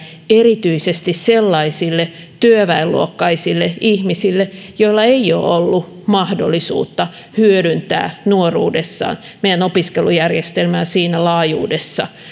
erityisesti sellaisille työväenluokkaisille ihmisille joilla ei ole ollut mahdollisuutta hyödyntää nuoruudessaan meidän opiskelujärjestelmää siinä laajuudessa